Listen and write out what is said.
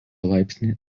laipsnį